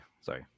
Sorry